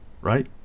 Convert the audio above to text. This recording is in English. right